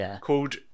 called